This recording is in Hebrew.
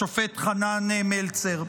השופט חנן מלצר.